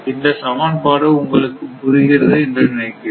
இந்த சமன்பாடு உங்களுக்குப் புரிகிறது என்று நினைக்கிறேன்